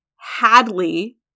Hadley